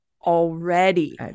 already